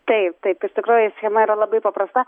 taip taip iš tikrųjų schema yra labai paprasta